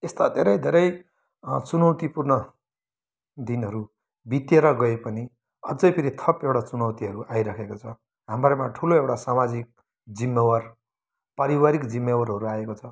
यस्ता धेरै धेरै चुनौतीपूर्ण दिनहरू बितेर गए पनि अझै फेरि थप एउटा चुनौतीहरू आइराखेको छ हाम्रोमा ठुलो एउटा समाजिक जिम्मेवार पारिवारिक जिम्मेवारहरू आएको छ